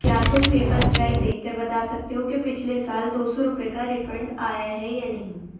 کیا تم پیپر فرائی دیکھ کر بتا سکتے ہو کہ پچھلے سال دو سو روپے کا ریفنڈ آیا ہے یا نہیں